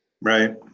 Right